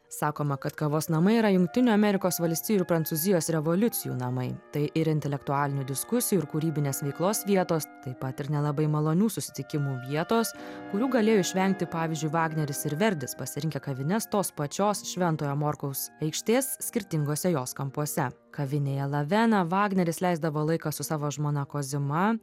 sakoma kad kavos namai yra jungtinių amerikos valstijų ir prancūzijos revoliucijų namai tai ir intelektualinių diskusijų ir kūrybinės veiklos vietos taip pat ir nelabai malonių susitikimų vietos kurių galėjo išvengti pavyzdžiui vagneris ir verdis pasirinkę kavines tos pačios šventojo morkaus aikštės skirtinguose jos kampuose kavinėje lavena vagneris leisdavo laiką su savo žmona kozima